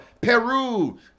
Peru